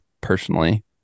personally